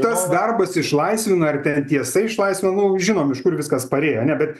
tas darbas išlaisvina ar ten tiesa išlaisvina nu žinom iš kur viskas parėjo ane bet